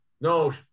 No